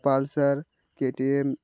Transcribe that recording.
pulsar KTM